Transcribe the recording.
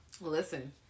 listen